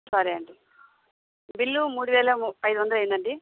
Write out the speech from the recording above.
సరే అండి బిల్లు మూడు వేల ఐదు వందలు అయిందండి